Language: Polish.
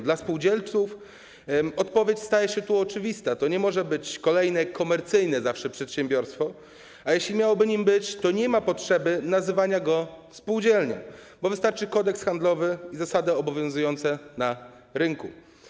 Dla spółdzielców odpowiedź staje się oczywista: to nie może być kolejne zawsze komercyjne przedsiębiorstwo, a jeśli miałoby nim być, to nie ma potrzeby nazywania go spółdzielnią, bo wystarczy kodeks handlowy i zasady obowiązujące na rynku.